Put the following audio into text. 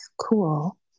cool